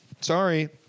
Sorry